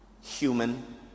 human